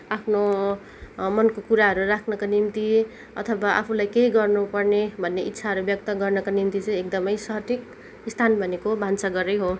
आफ्नो मनको कुराहरू राख्नको निम्ति अथवा आफूलाई केही गर्नु पर्ने भन्ने इच्छाहरू व्यक्त गर्नको निम्ति चाहिँ एकदमै सठिक स्थान भनेको भान्सा घरै हो